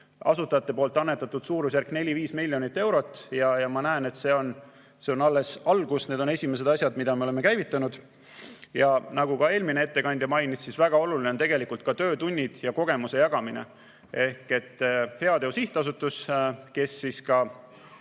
asutajad annetanud suurusjärgus neli-viis miljonit eurot. Ja ma näen, et see on alles algus, need on esimesed asjad, mida me oleme käivitanud. Nagu ka eelmine ettekandja mainis, on väga olulised tegelikult ka töötunnid ja kogemuse jagamine. Heateo Sihtasutus koordineerib ka